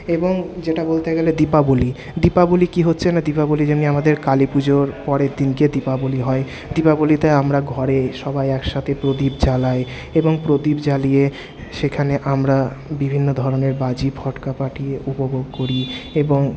এবং যেটা বলতে গেলে দীপাবলি দীপাবলি কি হচ্ছে না দীপাবলি যেমনি আমাদের কালী পুজোর পরের দিনকে দীপাবলি হয় দীপাবলিতে আমরা ঘরে সবাই একসাথে প্রদীপ জ্বালাই এবং প্রদীপ জ্বালিয়ে সেখানে আমরা বিভিন্ন ধরনের বাজি ফটকা ফাটিয়ে উপভোগ করি এবং